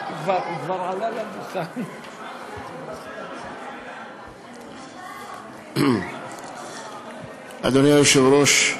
אדוני היושב-ראש,